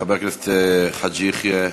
חבר הכנסת חאג' יחיא,